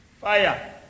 Fire